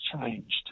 changed